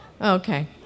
Okay